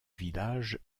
village